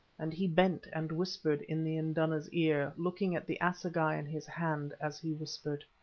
and he bent and whispered in the induna's ear, looking at the assegai in his hand as he whispered.